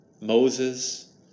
Moses